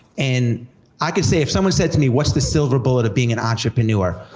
and i could say, if someone said to me, what's the silver bullet of being an entrepreneur,